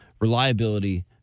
reliability